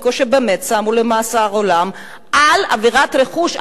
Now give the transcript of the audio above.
או שבאמת שמו במאסר עולם על עבירת רכוש,